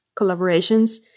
collaborations